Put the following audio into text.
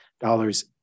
dollars